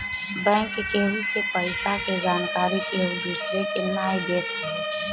bank केहु के पईसा के जानकरी केहू दूसरा के नाई देत हवे